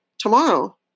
Tomorrow